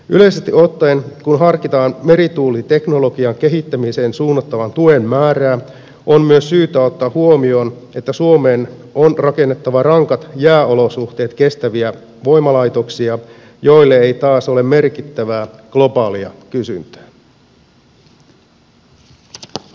yleisesti ottaen kun harkitaan merituuliteknologian kehittämiseen suunnattavan tuen määrää on myös syytä ottaa huomioon että suomeen on rakennettava rankat jääolosuhteet kestäviä voimalaitoksia joille ei taas ole merkittävää globaalia kysyntää